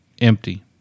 Empty